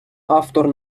автор